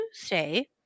Tuesday